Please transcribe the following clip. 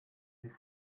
est